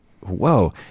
whoa